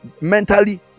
Mentally